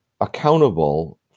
accountable